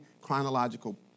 chronological